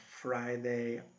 Friday